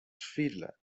fiedler